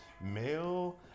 male